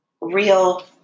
real